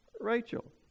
Rachel